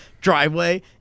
driveway